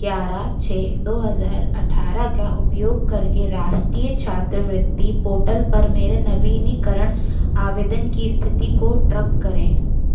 ग्यारह छः दो हज़ार अट्ठारह का उपयोग कर के राष्ट्रीय छात्रवृत्ति पोर्टल पर मेरे नवीनीकरण आवेदन की स्थिति को ट्रैक करें